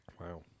Wow